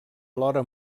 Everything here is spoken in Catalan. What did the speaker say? alhora